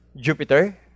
Jupiter